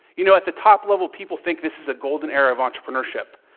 you know, at the top level, people think this is a golden era of entrepreneurship,